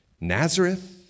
Nazareth